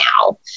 now